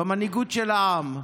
במנהיגות של העם.